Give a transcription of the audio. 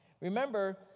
remember